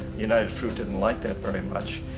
united fruit didn't like that very much.